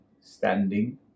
standing